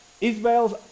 Israel's